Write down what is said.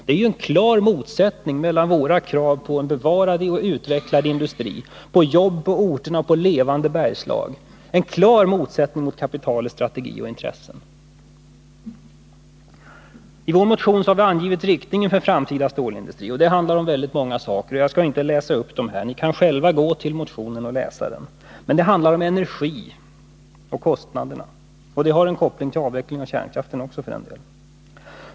Det är ju en klar motsättning mellan å ena sidan våra krav på en bevarad och utvecklad industri, jobb på orterna och en levande Bergslag och å andra sidan kapitalets strategi och intressen. I vår motion har vi angivit inriktningen av den framtida stålindustrin. Motionen handlar om väldigt många saker, och jag skall inte läsa upp dem — ni kan själva gå till motionen — utan bara beröra dem kortfattat. Vi behandlar frågan om energin och kostnaderna för den — det har en koppling till avveckling av kärnkraften också för den delen.